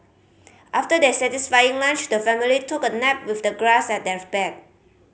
after their satisfying lunch the family took a nap with the grass as their bed